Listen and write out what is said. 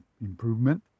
improvement